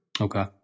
Okay